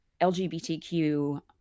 LGBTQ